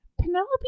Penelope